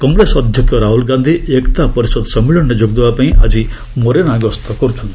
କଂଗ୍ରେସ ଅଧ୍ୟକ୍ଷ ରାହୁଳ ଗାନ୍ଧୀ ଏକ୍ତା ପରିଷଦ ସମ୍ମିଳନୀରେ ଯୋଗଦେବା ପାଇଁ ଆଜି ମୋରେନା ଗସ୍ତ କର୍ ଛନ୍ତି